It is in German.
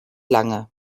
lange